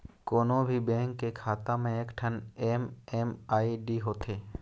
कोनो भी बेंक के खाता म एकठन एम.एम.आई.डी होथे